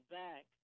back